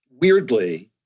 weirdly